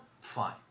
Fine